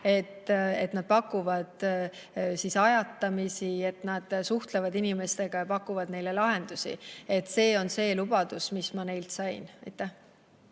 et nad pakuvad ajatamisi, et nad suhtlevad inimestega ja pakuvad neile lahendusi. See on lubadus, mille ma neilt sain.